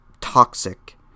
toxic